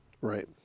Right